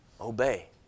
obey